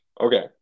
Okay